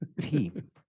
team